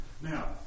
Now